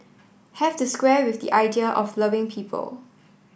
have to square with the idea of loving people